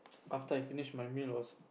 after I finish my meal also